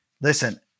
Listen